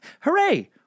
Hooray